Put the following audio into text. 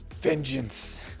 Vengeance